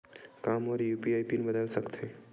का मोर UPI pin बदल सकथे?